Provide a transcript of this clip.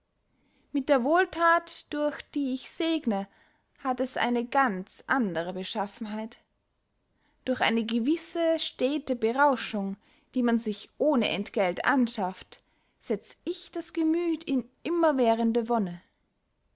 mit der wohlthat durch die ich segne hat es eine ganz andere beschaffenheit durch eine gewisse stete berauschung die man sich ohne entgeld anschaft setz ich das gemüth in immerwährende wonne